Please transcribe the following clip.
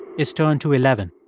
is turned to eleven.